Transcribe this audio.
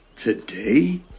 Today